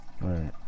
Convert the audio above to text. Right